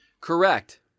Correct